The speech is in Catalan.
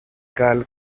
cal